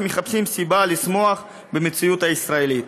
מחפשים סיבה לשמוח במציאות הישראלית.